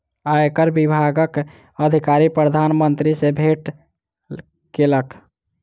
आयकर विभागक अधिकारी प्रधान मंत्री सॅ भेट केलक